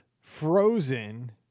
Frozen